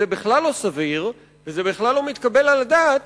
בכלל לא סביר ובכלל לא מתקבל על הדעת